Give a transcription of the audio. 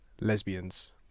lesbians